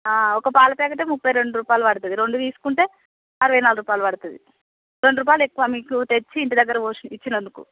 ఒక పాల ప్యాకెట్టే ముప్పై రెండ్రూపాయలు పడుతుంది రెండు తీసుకుంటే అరవై నాలుగు రూపాయలు పడుతుంది రెండ్రూపాయలు ఎక్కువ మీకు తెచ్చి ఇంటిదగ్గర పోసి ఇచ్చినందుకు